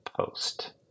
post